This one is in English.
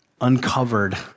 uncovered